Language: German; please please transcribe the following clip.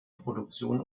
produktion